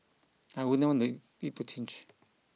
I wouldn't want it to change